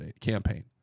campaign